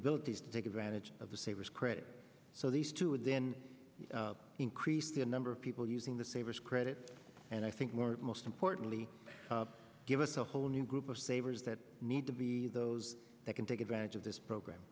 abilities to take advantage of the savers credit so these two would then increase the number of people using the savers credit and i think more most importantly give us a whole new group of savers that need to be those that can take advantage of this program